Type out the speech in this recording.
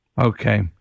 Okay